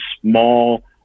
small